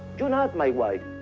you're not my wife.